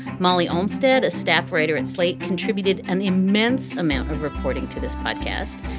molly almstead, a staff writer and slate contributed an immense amount of reporting to this podcast.